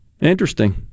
interesting